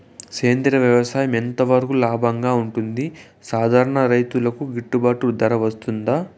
సేంద్రియ వ్యవసాయం ఎంత వరకు లాభంగా ఉంటుంది, సాధారణ రైతుకు గిట్టుబాటు ధర వస్తుందా?